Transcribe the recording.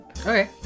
Okay